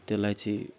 त्यसलाई चाहिँ